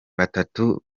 batatu